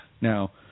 Now